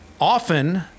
often